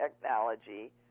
technology